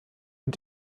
und